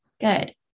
Good